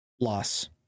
loss